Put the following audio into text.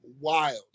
wild